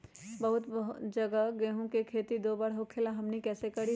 बहुत जगह गेंहू के खेती दो बार होखेला हमनी कैसे करी?